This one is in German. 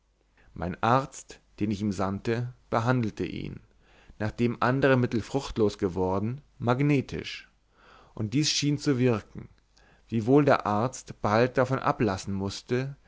mein arzt den ich ihm sandte behandelte ihn nachdem andere mittel fruchtlos geblieben magnetisch und dies schien zu wirken wiewohl der arzt bald davon ablassen mußte